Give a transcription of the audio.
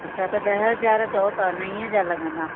अच्छा त ॾह हज़ार चओ था नए जा लॻंदा